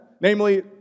namely